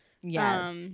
Yes